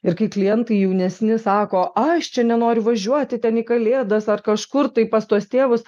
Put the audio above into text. ir kai klientai jaunesni sako aš čia nenoriu važiuoti ten į kalėdas ar kažkur tai pas tuos tėvus